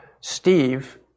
Steve